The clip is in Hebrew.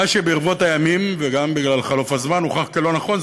מה שברבות הימים וגם בגלל חלוף הזמן הוכח כלא נכון.